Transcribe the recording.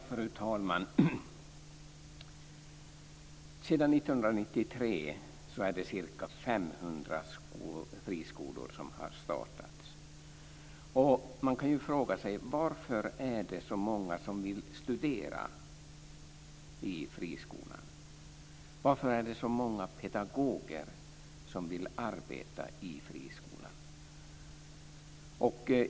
Fru talman! Sedan 1993 har ca 500 friskolor startats. Man kan ju fråga sig varför det är så många som vill studera i friskolan. Varför är det så många pedagoger som vill arbeta i friskolan?